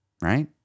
right